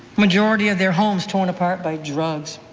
majority of their homes torn apart by drugs.